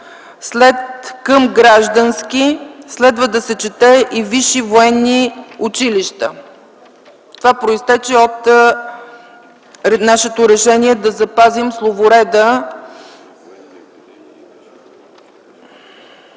след „към граждански” следва да се чете „и висши военни училища”. Това произтече от нашето решение да запазим словореда.